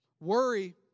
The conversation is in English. Worry